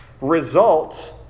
results